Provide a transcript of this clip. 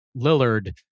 Lillard